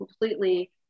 completely